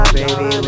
baby